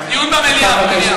מליאה, מליאה.